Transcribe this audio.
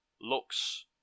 looks